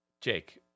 Jake